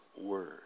word